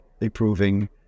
improving